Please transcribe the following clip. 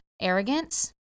arrogance